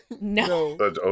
No